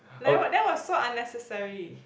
that was that was so unnecessary